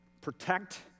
protect